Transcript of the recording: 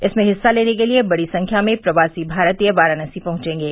इसमें हिस्सा लेने के लिये बड़ी संख्या में प्रवासी भारतीय वाराणसी पहुंचेंगे